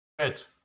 Right